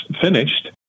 finished